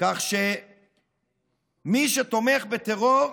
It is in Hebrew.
כך שמי שתומך בטרור,